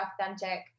authentic